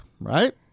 right